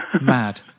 Mad